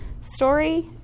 story